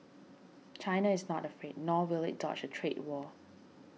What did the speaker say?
china is not afraid nor will it dodge a trade war